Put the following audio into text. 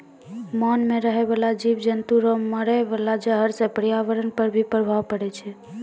मान मे रहै बाला जिव जन्तु रो मारे वाला जहर से प्रर्यावरण पर भी प्रभाव पड़ै छै